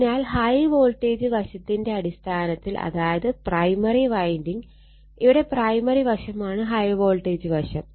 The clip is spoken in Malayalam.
അതിനാൽ ഹൈ വോൾട്ടേജ് വശത്തിന്റെ അടിസ്ഥാനത്തിൽ അതായത് പ്രൈമറി വൈൻഡിങ് ഇവിടെ പ്രൈമറി വശമാണ് ഹൈ വോൾട്ടേജ് വശം